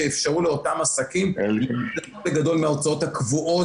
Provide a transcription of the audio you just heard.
שיאפשרו לאותם עסקים לחסוך חלק גדול מההוצאות הקבועות